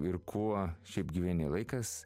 ir kuo šiaip gyveni laikas